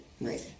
Right